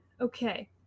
okay